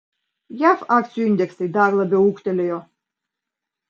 jav akcijų indeksai dar labiau ūgtelėjo